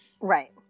Right